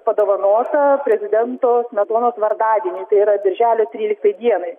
padovanota prezidento smetonos vardadieniui tai yra birželio tryliktai dienai